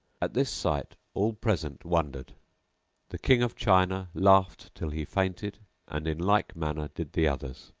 at this sight all present wondered the king of china laughed till he fainted and in like manner did the others.